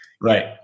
right